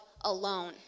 alone